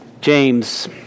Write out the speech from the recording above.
James